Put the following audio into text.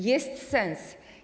Jest sens.